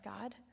God